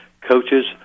coaches